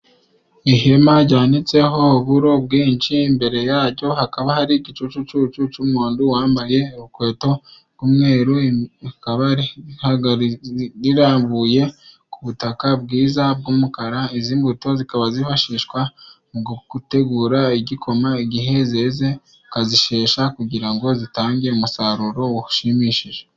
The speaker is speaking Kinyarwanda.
Ihema jyanitseho uburo bwinshi, imbere yajyo hakaba hari igicucucu cy'umuntu wambaye urukweto rw'umweru akaba ari rirambuye ku butaka bwiza bw'umukara, izi mbuto zikaba zifashishwa mu gutegura igikoma, igihe zeze ukazishesha kugira ngo zitange umusaruro ushimishije.